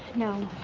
no.